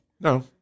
No